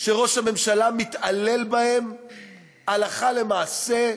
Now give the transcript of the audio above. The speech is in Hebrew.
שראש הממשלה מתעלל בהם הלכה למעשה,